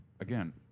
again